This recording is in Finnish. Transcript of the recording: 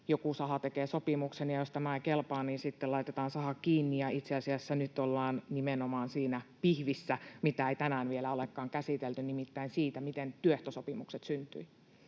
joku saha tekee sopimuksen, ja jos tämä ei kelpaa, niin sitten laitetaan saha kiinni, ja itse asiassa nyt ollaan nimenomaan siinä pihvissä, mitä ei tänään vielä olekaan käsitelty, nimittäin siinä, miten työehtosopimukset syntyivät.